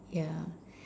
yeah